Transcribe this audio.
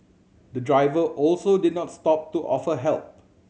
the driver also did not stop to offer help